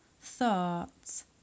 thoughts